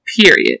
Period